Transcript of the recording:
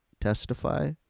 testify